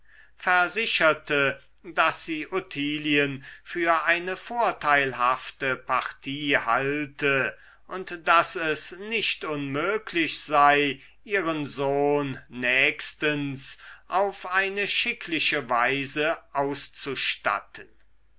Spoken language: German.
versicherte daß sie ottilien für eine vorteilhafte partie halte und daß es nicht unmöglich sei ihren sohn nächstens auf eine schickliche weise auszustatten